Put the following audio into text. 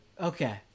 Okay